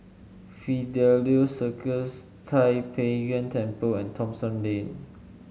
Fidelio Circus Tai Pei Yuen Temple and Thomson Lane